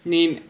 Niin